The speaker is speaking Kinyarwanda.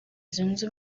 zunze